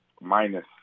minus